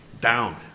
down